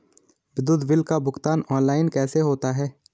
विद्युत बिल का भुगतान ऑनलाइन कैसे होता है?